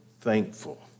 thankful